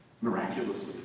miraculously